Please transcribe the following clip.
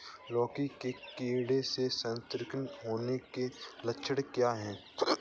लौकी के कीड़ों से संक्रमित होने के लक्षण क्या हैं?